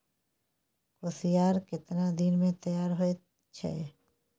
कोसियार केतना दिन मे तैयार हौय छै?